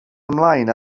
ymlaen